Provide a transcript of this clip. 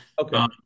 okay